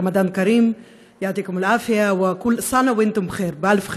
רמדאן כרים (אומרת בערבית: ייתן לכם בריאות כל שנה ואתם באלף טוב.)